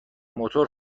موتور